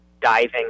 diving